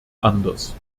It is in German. anders